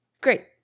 great